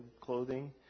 clothing